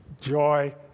Joy